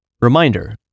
Reminder